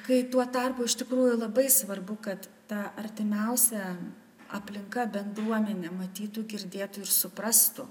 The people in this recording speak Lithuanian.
kai tuo tarpu iš tikrųjų labai svarbu kad ta artimiausia aplinka bendruomenė matytų girdėtų ir suprastų